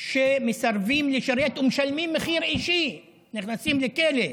שמסרבים לשרת ומשלמים מחיר אישי, נכנסים לכלא.